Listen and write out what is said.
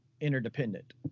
interdependent